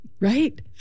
Right